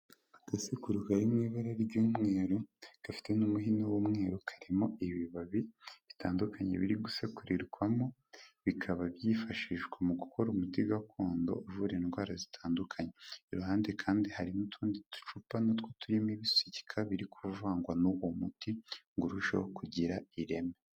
Agasekuru kari mu ibara ry'umweru gafite n'umuhini w'umweru karimo ibibabi bitandukanye biri gusekurirwamo, bikaba byifashishwa mu gukora umuti gakondo uvura indwara zitandukanye. Iruhande kandi hari n'utundi ducupa natwo turimo ibisukika biri kuvangwa n'uwo muti ngo urusheho kugira ireme.